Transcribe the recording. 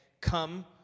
come